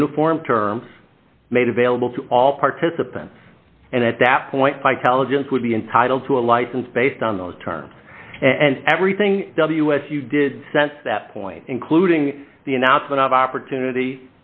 uniform term made available to all participants and at that point psychologists would be entitled to a license based on those terms and everything ws you did sense that point including the announcement of opportunity